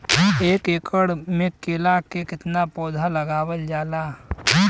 एक एकड़ में केला के कितना पौधा लगावल जाला?